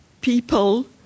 people